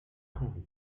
prairie